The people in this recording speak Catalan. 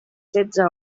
setze